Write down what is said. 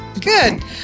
Good